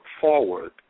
forward